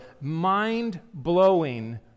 mind-blowing